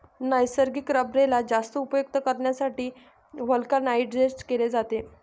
नैसर्गिक रबरेला जास्त उपयुक्त करण्यासाठी व्हल्कनाइज्ड केले जाते